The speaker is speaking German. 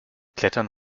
klettern